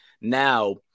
now